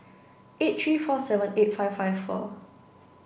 eight three four seven eight five five four